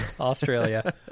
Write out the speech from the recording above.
Australia